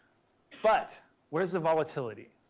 but where's the volatility?